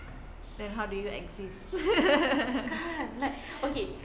then how do you exist